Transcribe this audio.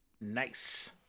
Nice